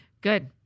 good